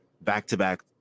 back-to-back